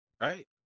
Right